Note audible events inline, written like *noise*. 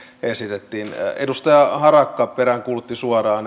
esitettiin edustaja harakka peräänkuulutti suoraan *unintelligible*